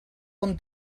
bon